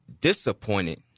disappointed